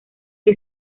que